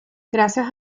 gracias